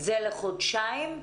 זה לחודשיים?